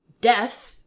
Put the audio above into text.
death